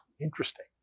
Interesting